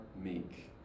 meek